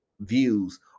views